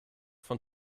von